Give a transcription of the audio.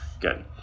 Good